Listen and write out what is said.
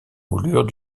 moulures